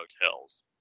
hotels